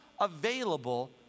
available